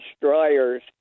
destroyers